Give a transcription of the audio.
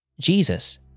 Jesus